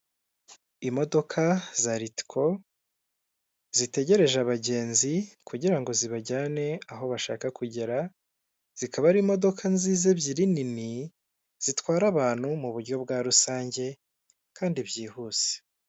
Imodoka za litiko zitegereje abagenzi kugira ngo zibajyane aho bashaka kugera, zikaba ari imodoka nziza ebyiri nini zitwara abantu mu buryo bwa rusange kandi byihuse.